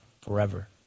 forever